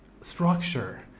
structure